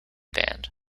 band